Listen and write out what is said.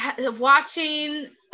watching